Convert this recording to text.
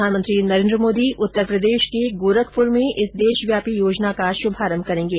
प्रधानमंत्री नरेन्द्र मोदी उत्तर प्रदेश के गोरखपुर में इस देशव्यापी योजना का शुभारंभ करेंगे